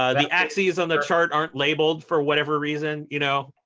ah the axes on the chart aren't labeled for whatever reason. you know